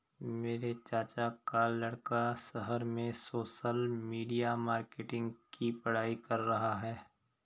मेरे चाचा का लड़का शहर में सोशल मीडिया मार्केटिंग की पढ़ाई कर रहा है